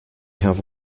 have